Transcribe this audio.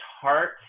heart